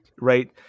right